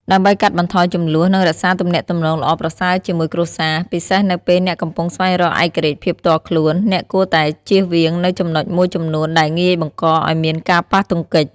ដើម្បីកាត់បន្ថយជម្លោះ និងរក្សាទំនាក់ទំនងល្អប្រសើរជាមួយគ្រួសារ ពិសេសនៅពេលអ្នកកំពុងស្វែងរកឯករាជ្យភាពផ្ទាល់ខ្លួន អ្នកគួរតែជៀសវាងនូវចំណុចមួយចំនួនដែលងាយបង្កឲ្យមានការប៉ះទង្គិច។